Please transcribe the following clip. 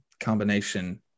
combination